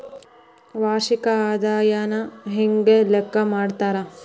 ವಾರ್ಷಿಕ ಆದಾಯನ ಹೆಂಗ ಲೆಕ್ಕಾ ಮಾಡ್ತಾರಾ?